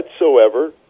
whatsoever